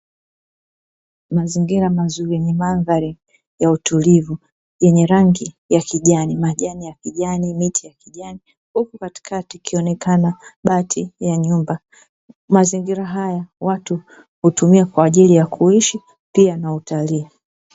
Mazingira mazuri yenye mandhari ya utulivu yenye rangi ya kijani, majani ya kijani, miti ya kijani huku katikati ikionekana bati ya nyumba. Mazingira haya watu hutumia kwa ajili ya kuishi pia na utalii.